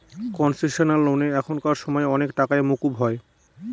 concessional লোনে এখানকার সময় অনেক টাকাই মকুব হয়